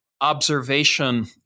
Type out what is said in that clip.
observation